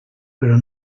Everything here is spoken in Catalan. però